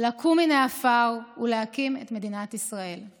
לקום מן העפר ולהקים את מדינת ישראל.